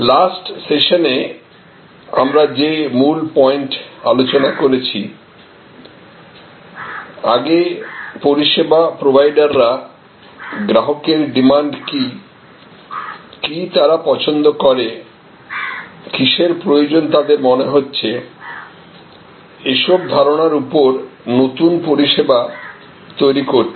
last সেশনে আমরা যে মূল পয়েন্ট আলোচনা করেছি আগে পরিষেবা প্রোভাইডারেরা গ্রাহকদের ডিমান্ড কি কি তারা পছন্দ করে কিসের প্রয়োজন তাদের মনে হচ্ছে এসব ধারনার উপর নতুন পরিষেবা তৈরি করত